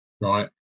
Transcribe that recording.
right